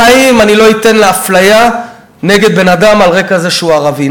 בחיים אני לא אתן שתהיה אפליה נגד בן-אדם על רקע זה שהוא ערבי,